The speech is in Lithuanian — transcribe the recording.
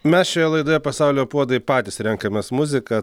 mes šioje laidoje pasaulio puodai patys renkamės muziką